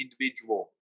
individual